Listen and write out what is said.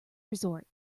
resort